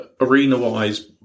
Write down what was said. arena-wise